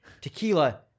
Tequila